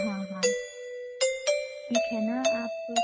हाँ हाँ ठीक है ना आप